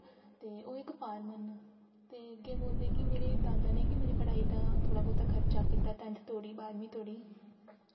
ते ओह् इक फार्मर न ते केह् बोलदे कि मेरे दादा ने गै मेरी पढ़ाई दा थोह्ड़ा बहोत खर्चा कीता टेंथ धोड़ी बारमीं धोड़ी